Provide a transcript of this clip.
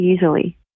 easily